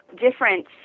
difference